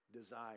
desire